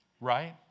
right